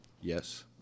Yes